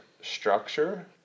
structure